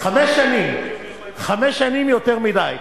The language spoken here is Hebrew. חמש שנים, חמש שנים יותר מדי.